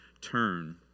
turn